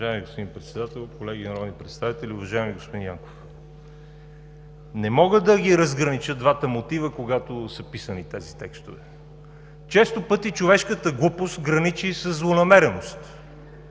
Уважаеми господин Председател, колеги народни представители! Уважаеми господин Янков, не мога да разгранича двата мотива, когато са писани тези текстове. Често пъти човешката глупост граничи и със злонамереност.